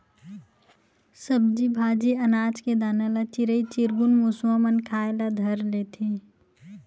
सब्जी भाजी, अनाज के दाना ल चिरई चिरगुन, मुसवा मन खाए ल धर लेथे